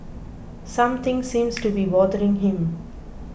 something seems to be bothering him